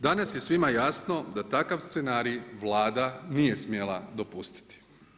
Danas je svima jasno da takav scenarij Vlada nije smjela dopustiti.